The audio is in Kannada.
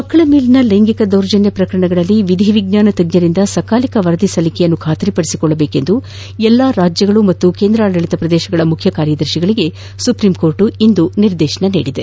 ಮಕ್ಕಳ ಮೇಲಿನ ಲೈಂಗಿಕ ದೌರ್ಜನ್ಯ ಪ್ರಕರಣಗಳಲ್ಲಿ ವಿಧಿ ವಿಜ್ಞಾನ ತಜ್ಞರಿಂದ ಸಕಾಲಿಕ ವರದಿ ಸಲ್ಲಿಕೆಯನ್ನು ಖಾತರಿ ಪಡಿಸಿಕೊಳ್ಳುವಂತೆ ಎಲ್ಲಾ ರಾಜ್ಯಗಳು ಮತ್ತು ಕೇಂದ್ರಾಡಳಿತ ಪ್ರದೇಶಗಳ ಮುಖ್ಯ ಕಾರ್ಯದರ್ಶಿಗಳಿಗೆ ಸುಪೀಂಕೋರ್ಟ್ ಇಂದು ನಿರ್ದೇಶಿಸಿದೆ